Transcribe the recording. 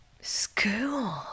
School